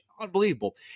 Unbelievable